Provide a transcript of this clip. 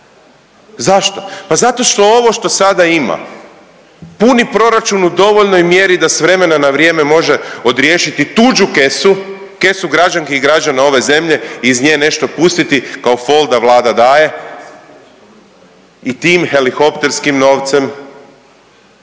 Zašto? Pa zato što ovo što sada ima puni proračun u dovoljnoj mjeri da s vremena na vrijeme može odriješiti tuđu kesu, kesu građanki i građana ove zemlje i iz nje nešto pustiti kao fol da Vlada daje i tim helihopterskim novcem